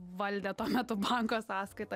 valdė tuo metu banko sąskaitą